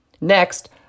Next